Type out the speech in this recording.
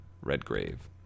Redgrave